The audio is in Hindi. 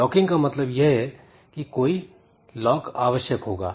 लॉकिंग का मतलब यह है की कोई लॉक आवश्यक होगा